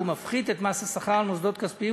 והוא מפחית את מס השכר על מוסדות כספיים.